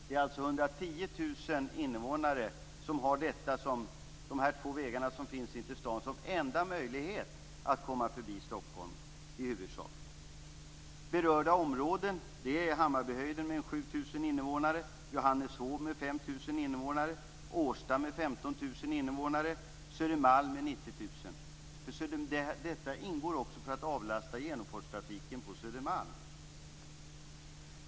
Det är alltså 100 000 invånare som har dessa två vägar som finns in till staden som enda möjlighet att komma förbi Stockholm. Berörda områden är Hammarbyhöjden med 7 000 invånare, Johanneshov med 5 000 invånare, Årsta med 15 000 invånare och Södermalm med 90 000 invånare. Syftet är också att avlasta genomfartstrafiken på Södermalm.